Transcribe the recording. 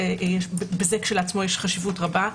בזה כשלעצמו יש חשיבות רבה.